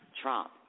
Trump